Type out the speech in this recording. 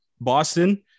Boston